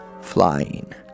flying